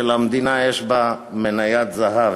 שלמדינה יש בה מניית זהב,